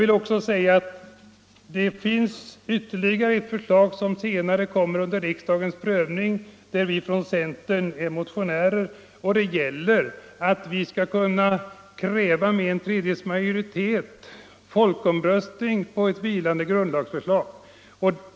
Det finns ytterligare ett förslag på detta område, där vi från centern är motionärer. Det kommer senare under riksdagens prövning, och det gäller att ett vilande grundlagsförslag skall underställas folkomröstning, om minst en tredjedel av riksdagens ledamöter begär detta.